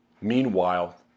Meanwhile